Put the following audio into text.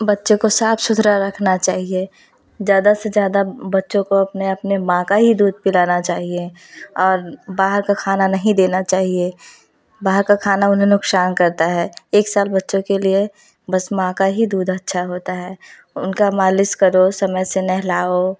बच्चों को साफ सुथरा रखना चाहिए ज़्यादा से ज़्यादा बच्चों को अपने अपने माँ का ही दूध पिलाना चाहिए और बाहर का खाना नहीं देना चाहिए बाहर का खाना उन्हें नुकसान करता है एक साल बच्चों के लिए बस माँ का ही दूध अच्छा होता है उनका मालिस करो समय से नहलाओ